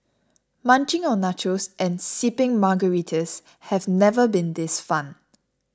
munching on nachos and sipping Margaritas have never been this fun